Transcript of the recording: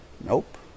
Nope